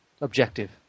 Objective